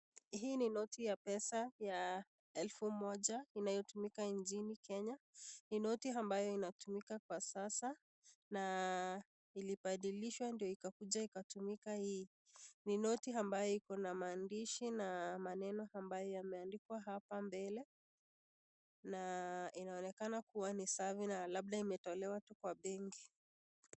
Hii ni noti ya pesa ya elfu moja inayotumika nchini Kenya. Ni noti ambayo inatumika kwa sasa na ilibadilishwa ndio ikakuja ikatumika hii. Ni noti ambayo iko na maandishi na maneno ambayo yameandikwa hapa mbele na inaonekana kuwa ni safi na labda imetolewa tu kwa benki.